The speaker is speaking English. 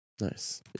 Nice